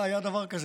היה דבר כזה.